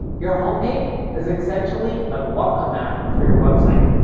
your home page is essentially a welcome mat for your website.